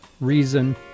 reason